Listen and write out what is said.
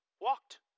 walked